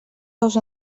ous